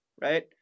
right